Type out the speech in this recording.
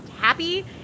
happy